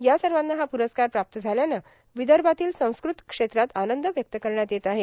या सवाना हा प्रस्कार प्राप्त झाल्याने ववदभातील संस्कृत क्षेत्रात आनंद व्यक्त करण्यात येत आहे